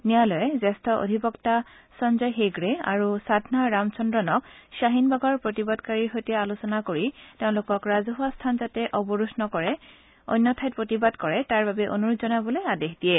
ন্যায়ালয়ে জ্যেষ্ঠ অধিবক্তা সঞ্জয় হেগড়ে আৰু সাধনা ৰামাচন্দ্ৰনক শ্বাহিনবাগৰ প্ৰতিবাদকাৰীৰ সৈতে আলোচনা কৰি তেওঁলোকক ৰাজহুৱা স্থান যাতে অৱৰোধ নকৰি অন্য ঠাইত প্ৰতিবাদ কৰে তাৰ বাবে অনুৰোধ জনাবলৈ আদেশ দিয়ে